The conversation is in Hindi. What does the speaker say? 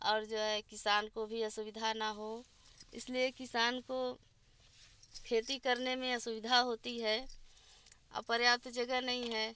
और जो है किसान को भी असुविधा ना हो इसलिए किसान को खेती करने में असुविधा होती है पर्याप्त जगह नहीं है